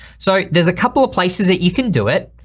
so there's a couple of places that you can do it.